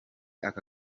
aka